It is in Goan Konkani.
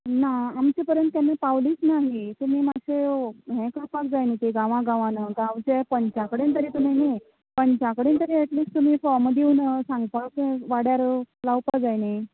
ना आमचें पर्यंत केन्ना पावलीच ना ती तुमी मातशें हें करपाक जाय न्ही ती गांवा गांवान गांवचे पंचा कडेन तरी तुमी न्हू पंचा कडेन तरी एटलिस्ट तुमी फोर्मां दिवन सांगपा वाड्यार लावपा जाय न्ही